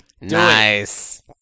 Nice